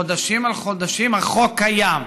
חודשים על חודשים החוק קיים,